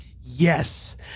Yes